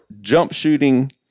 jump-shooting